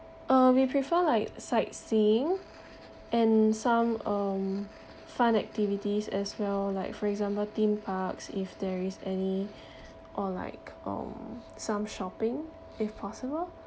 uh we prefer like sightseeing and some um fun activities as well like for example theme parks if there is any or like um some shopping if possible